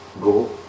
go